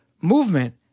movement